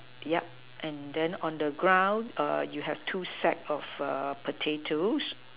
yup and then on the ground you have two sack of potatoes